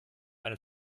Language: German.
eine